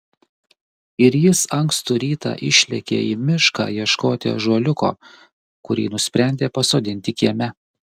ir jis ankstų rytą išlėkė į mišką ieškoti ąžuoliuko kurį nusprendė pasodinti kieme